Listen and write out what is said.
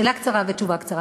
שאלה קצרה ותשובה קצרה.